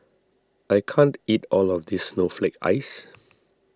I can't eat all of this Snowflake Ice